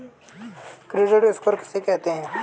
Credit score किसे कहते हैं?